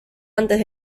antes